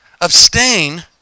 Abstain